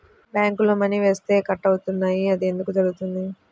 బ్యాంక్లో మని వేస్తే కట్ అవుతున్నాయి అది ఎందుకు జరుగుతోంది?